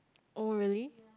oh really